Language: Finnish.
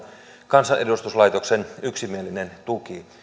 kansanedustuslaitoksen yksimielinen tuki